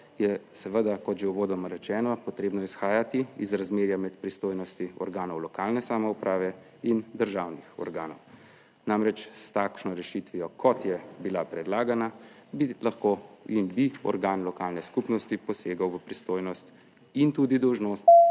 je seveda, kot že uvodoma rečeno, potrebno izhajati iz razmerja med pristojnostmi organov lokalne samouprave in državnih organov. Namreč s takšno rešitvijo kot je bila predlagana, bi lahko in bi organ lokalne skupnosti posegel v pristojnost in tudi dolžnost